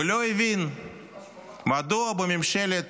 הוא לא הבין מדוע בממשלת